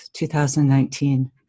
2019